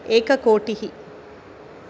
एककोटिः